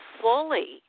fully